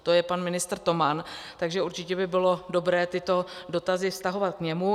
To je pan ministr Toman, takže určitě by bylo dobré tyto dotazy vztahovat k němu.